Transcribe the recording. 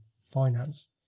finance